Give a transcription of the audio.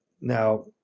Now